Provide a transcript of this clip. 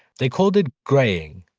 they called it graying.